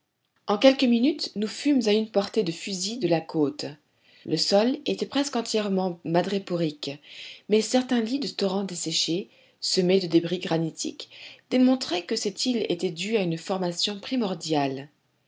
en quelques minutes nous fûmes à une portée de fusil de la côte le sol était presque entièrement madréporique mais certains lits de torrents desséchés semés de débris granitiques démontraient que cette île était due à une formation primordiale